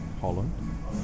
Holland